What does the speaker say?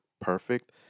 perfect